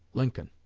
lincoln.